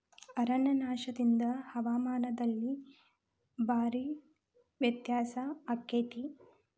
ಅರಣ್ಯನಾಶದಿಂದ ಹವಾಮಾನದಲ್ಲಿ ಭಾರೇ ವ್ಯತ್ಯಾಸ ಅಕೈತಿ